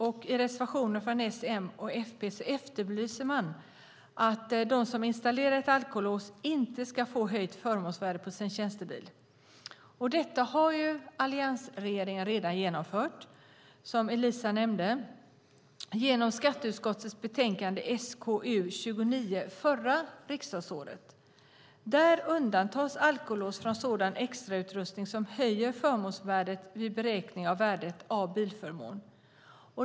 I en reservation från S, MP och V efterlyser man att de som installerar ett alkolås inte ska få höjt förmånsvärde på sin tjänstebil. Detta har alliansregeringen redan genomfört, som Eliza nämnde, genom skatteutskottets betänkande SkU29 förra riksdagsåret. Där undantas alkolås från sådan extrautrustning som höjer förmånsvärdet vid beräkning av värdet av bilförmån.